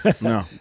no